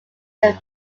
very